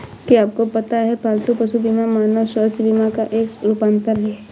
क्या आपको पता है पालतू पशु बीमा मानव स्वास्थ्य बीमा का एक रूपांतर है?